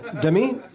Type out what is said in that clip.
Demi